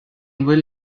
bhfuil